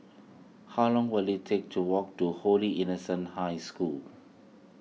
how long will it take to walk to Holy Innocents' High School